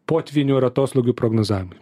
potvynių ir atoslūgių prognozavimui